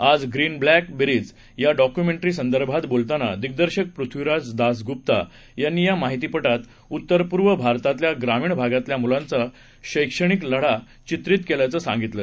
आजग्रीनब्लॅक बेरीजयाडॉक्यूमे जीसंदर्भातबोलतानादिग्दर्शकपृथ्वीराजदासगूप्तायांनीयामाहितीप ातउत्तरपूर्वभारतातल्याग्रामीणभागातल्यामुलांचाशैक्षणि कलढाचित्रितकेल्याचंसांगितलं